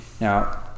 now